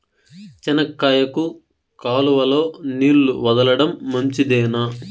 చెనక్కాయకు కాలువలో నీళ్లు వదలడం మంచిదేనా?